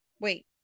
wait